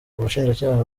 ubushinjacyaha